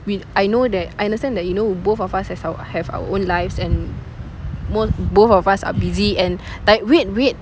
with I know that I understand that you know both of us has our have our own lives and mo~ both of us are busy and like wait wait